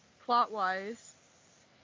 plot-wise